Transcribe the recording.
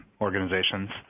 organizations